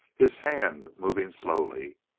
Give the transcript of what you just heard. his hand moving slowly.